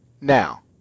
Now